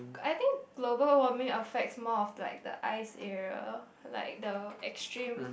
I think global warming affects more of like the ice area like the extreme